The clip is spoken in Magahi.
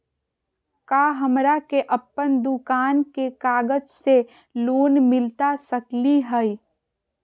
का हमरा के अपन दुकान के कागज से लोन मिलता सकली हई?